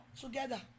together